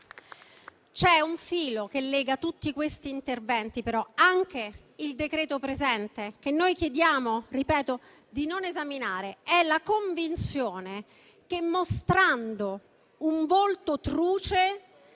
C'è un filo che lega tutti questi interventi - anche il decreto presente - che noi chiediamo - ripeto - di non esaminare: è la convinzione che, mostrando un volto truce